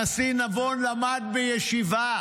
הנשיא נבון למד בישיבה